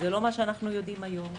הוא לא מה שאנחנו יודעים היום.